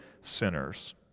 sinners